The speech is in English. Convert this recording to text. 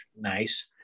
nice